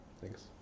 thanks